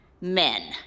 men